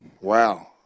Wow